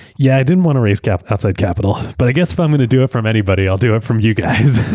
yeah i didn't want to raise outside capital, but i guess if i'm going to do it from anybody, i'll do it from you guys.